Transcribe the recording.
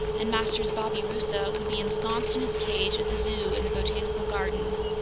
and master's babirusa would be ensconced in its cage at the zoo in the botanical gardens,